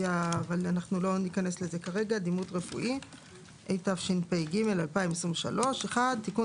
אבל לא ניכנס לזה כרגע התשפ"ג 2023. 1. תיקון